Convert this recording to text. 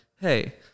hey